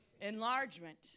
enlargement